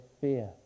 fear